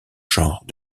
genres